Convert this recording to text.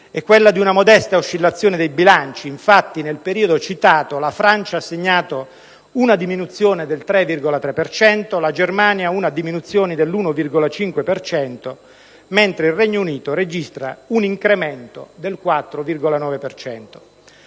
è quella di una modesta oscillazione dei bilanci: infatti, nel periodo citato, la Francia ha segnato una diminuzione del 3,3 per cento, la Germania una diminuzione dell'1,5 per cento, mentre il Regno Unito registra un incremento del 4,9